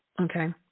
Okay